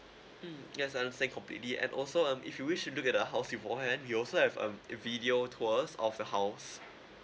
mm yes I understand completely and also um if you wish to look at the house beforehand you also have um video tours of the house